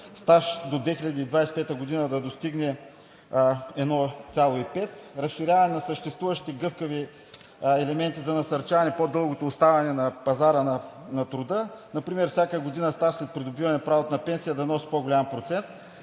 стаж до 2025 г. да достигне 1,5; разширяване на съществуващите гъвкави елементи за насърчаване по-дългото оставане на пазара на труда – например всяка година стаж след придобиване правото на пенсия да носи по-голям процент